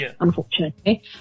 unfortunately